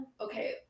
Okay